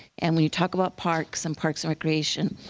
and when you talk about parks and parks and recreation,